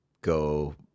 go